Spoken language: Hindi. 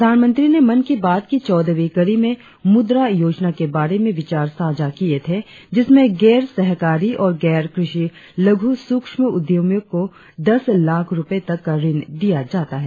प्रधानमंत्री ने मन की बात की चौदहवीं कड़ी में मुद्रा योजना के बारे में विचार साझा किए थे जिसमें गैर सहकारी और गैर कृषि लघु सूक्ष्य उद्यमियों को दस लाख रुपये तक का ऋण दिया जाता है